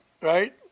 right